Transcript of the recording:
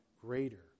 greater